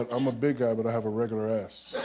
i'm a big guy but i have a regular ass.